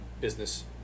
business